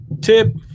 tip